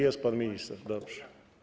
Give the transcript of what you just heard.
Jest pan minister, dobrze.